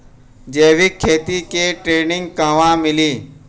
जैविक खेती के ट्रेनिग कहवा मिली?